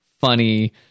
funny